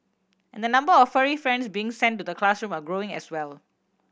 and the number of furry friends being sent to the classroom are growing as well